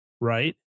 right